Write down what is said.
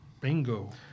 Bingo